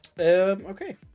Okay